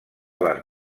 les